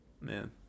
Man